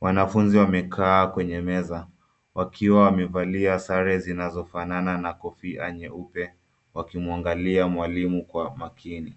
Wanafunzi wamekaa kwenye meza wakiwa wamevalia sare zinazofanana na kofia nyeupe wakimwangalia mwalimu kwa makini.